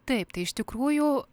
taip tai iš tikrųjų